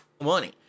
Money